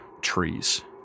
trees